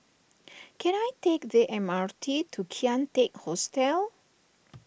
can I take the M R T to Kian Teck Hostel